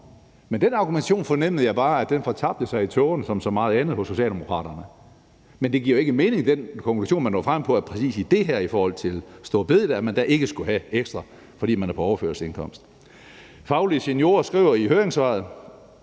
Men den argumentation fornemmede jeg bare fortabte sig i tågen som så meget andet hos Socialdemokraterne. Men den konklusion, man er nået frem til, giver jo ikke mening, altså at præcis i forhold til store bededag skal man ikke have ekstra, fordi man er på overførselsindkomst. Faglige Seniorer skriver i høringssvaret,